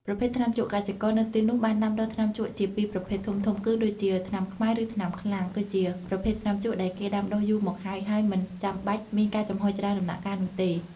ប្រភេទថ្នាំជក់ កសិករនៅទីនោះបានដាំដុះថ្នាំជក់ជាពីរប្រភេទធំៗគឺ ដូចជា ថ្នាំខ្មែរ ឬថ្នាំខ្លាំង គឺជាប្រភេទថ្នាំជក់ដែលគេដាំដុះយូរមកហើយ ហើយមិនចាំបាច់មានការចំហុយច្រើនដំណាក់កាលនោះទេ។